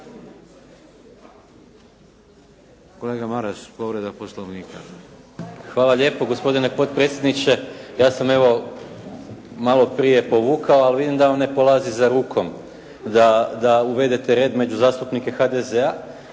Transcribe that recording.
**Maras, Gordan (SDP)** Hvala lijepo, gospodine potpredsjedniče, ja sam evo, malo prije povukao, ali vidim da vam ne polazi za rukom, da uvedete red među zastupnike HDZ-a,